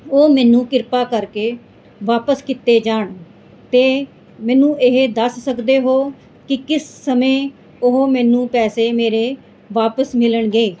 ਉਹ ਮੈਨੂੰ ਕਿਰਪਾ ਕਰਕੇ ਵਾਪਸ ਕੀਤੇ ਜਾਣ ਅਤੇ ਮੈਨੂੰ ਇਹ ਦੱਸ ਸਕਦੇ ਹੋ ਕਿ ਕਿਸ ਸਮੇਂ ਉਹ ਮੈਨੂੰ ਪੈਸੇ ਮੇਰੇ ਵਾਪਸ ਮਿਲਣਗੇ